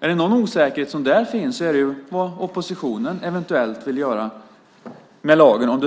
Är det någon osäkerhet som där finns är det vad oppositionen eventuellt vill göra med lagen om